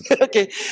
Okay